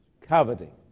coveting